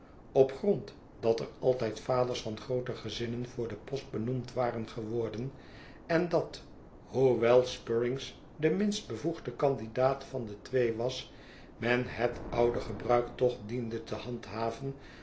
op grond dat er alt ij d vaders van groote gezinnen voor den post benoemd waren geworden en dat hoewel spruggins de minst bevoegde kandidaat van de twee was men het oude gebruik toch diende te handhaven